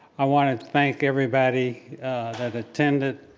i want to thank everybody that attended.